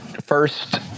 first